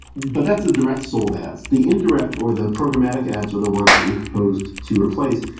but that's a direct sold ads. the indirect, or the programmatic ads are the ones that we proposed to replace.